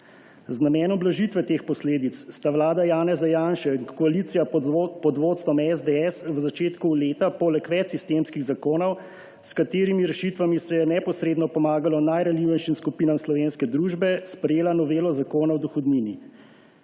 Z namenom blažitve teh posledic sta vlada Janeza Janše in koalicija pod vodstvom SDS v začetku leta poleg več sistemskih zakonov, s katerimi rešitvami se je neposredno pomagalo najranljivejšim skupinam slovenske družbe, sprejela novelo zakona o dohodnini.